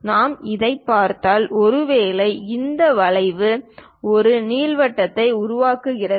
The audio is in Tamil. நாம் இதைப் பார்த்தால் ஒருவேளை இந்த வளைவு ஒரு நீள்வட்டத்தை உருவாக்குகிறது